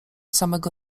samego